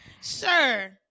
sir